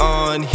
on